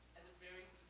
at the very